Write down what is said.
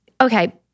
Okay